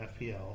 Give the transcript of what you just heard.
FPL